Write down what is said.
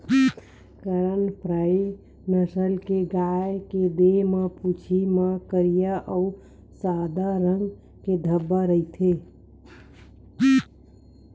करन फ्राइ नसल के गाय के देहे म, पूछी म करिया अउ सादा रंग के धब्बा रहिथे